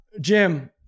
Jim